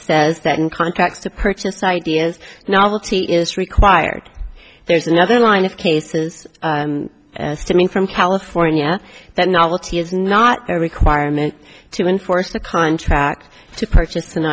says that in contracts to purchase ideas novelty is required there's another line of cases stimming from california that novelty is not a requirement to enforce a contract to purchase an